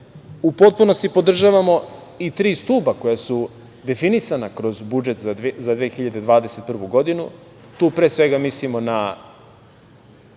u potpunosti podržavamo i tri stuba koja su definisana kroz budžet za 2021. godinu. Tu pre svega mislimo na